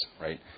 right